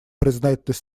признательность